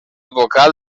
vocal